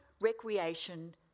recreation